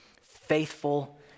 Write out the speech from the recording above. faithful